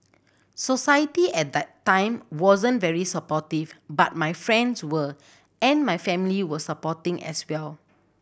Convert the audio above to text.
society at that time wasn't very supportive but my friends were and my family were supporting as well